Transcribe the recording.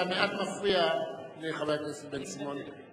אתה מעט מפריע לחבר הכנסת בן-סימון.